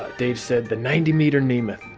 dave said, the ninety meter demuth,